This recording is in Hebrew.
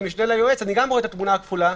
כמשנה ליועץ אני גם רואה את התמונה הכפולה: